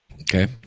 Okay